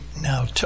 now